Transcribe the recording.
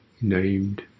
named